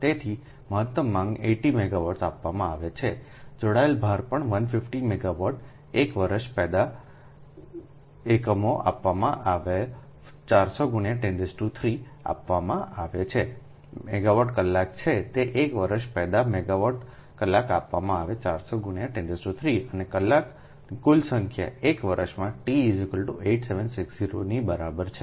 તેથી મહત્તમ માંગ 80 મેગાવોટ આપવામાં આવે છે જોડાયેલ ભાર પણ 150 મેગાવોટ 1 વર્ષ પેદા એકમો આપવામાં 400 10 આપવામાં આવે છે3મેગાવોટ કલાક છે તે એક વર્ષ પેદા મેગાવોટ કલાક આપવામાં આવે છે 400 103 અને કલાકો કુલ સંખ્યા એક વર્ષમાં T 8760 ની બરાબર છે